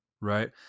right